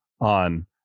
on